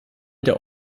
der